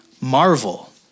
marvel